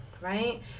right